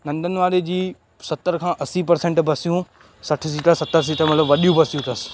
नंदन वारे जी सतरि खां असी परसेंट बसियूं सठि सीटर सतरि सीटर मतिलब वॾियूं बसियूं अथस